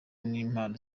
n’impano